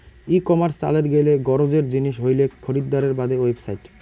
ই commerce চালের গেইলে গরোজের জিনিস হইলেক খরিদ্দারের বাদে ওয়েবসাইট